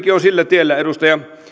sillä tiellä edustaja